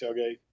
tailgate